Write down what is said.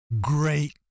Great